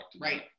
right